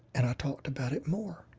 and i talked about it more.